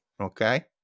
okay